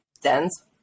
dense